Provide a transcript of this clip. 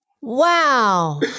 Wow